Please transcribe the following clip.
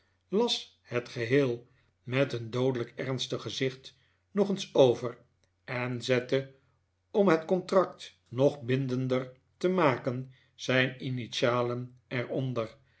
las het geheel met een doodelijk ernstig gezicht nog eens over en zette om het contract nog bindender te maken zijn initialen